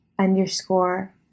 underscore